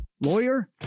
lawyer